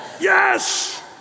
Yes